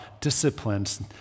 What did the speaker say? disciplines